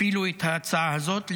הפילו את ההצעה הזאת,